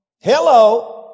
Hello